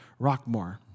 Rockmore